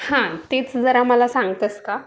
हां तेच जरा मला सांगतेस का